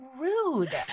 rude